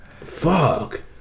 Fuck